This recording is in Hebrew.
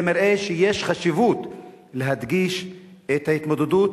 זה מראה שחשוב להדגיש את ההתמודדות,